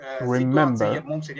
remember